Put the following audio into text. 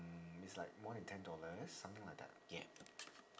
mm it's like more ten dollars something like that yeah